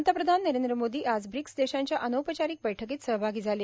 पंतप्रधान नरेंद्र मोदी आज ब्रिक्स देशांच्या अनौपचारिक बैठकीत सहभागी झाले